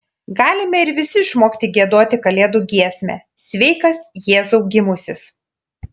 galime ir visi išmokti giedoti kalėdų giesmę sveikas jėzau gimusis